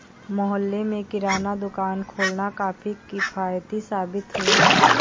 मोहल्ले में किराना दुकान खोलना काफी किफ़ायती साबित हुआ